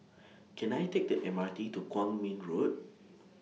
Can I Take The M R T to Kwong Min Road